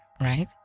right